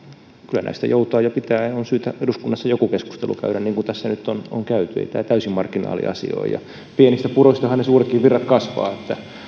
kyllä näistä joutaa ja pitää ja on syytä eduskunnassa joku keskustelu käydä niin kuin tässä nyt on on käyty ei tämä täysin marginaaliasia ole ja pienistä puroistahan ne suuretkin virrat